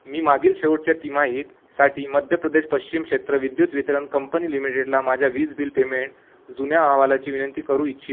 मी मागील शेवटच्या तिमाहीतसाठी मध्य प्रदेश पश्चिम क्षेत्र विद्युत वितरण कंपनी लिमिटेडला माझ्या वीज बिल पेमेंट जुन्या अहवालाची विनंती करू इच्छा